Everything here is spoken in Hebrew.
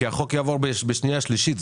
כי החוק יעבור בקריאה שנייה ושלישית.